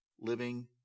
living